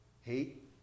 Hate